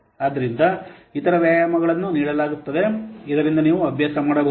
ಆದ್ದರಿಂದ ಇತರ ವ್ಯಾಯಾಮಗಳನ್ನು ನೀಡಲಾಗುತ್ತದೆ ಇದರಿಂದ ನೀವು ಅಭ್ಯಾಸ ಮಾಡಬಹುದು